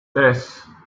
tres